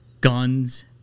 guns